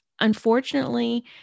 Unfortunately